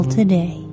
today